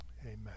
amen